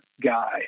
guy